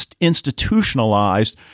institutionalized